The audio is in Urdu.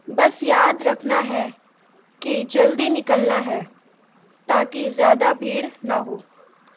بس یاد رکھنا ہے کہ جلدی نکلنا ہے تاکہ زیادہ بھیڑ نہ ہو